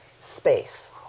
space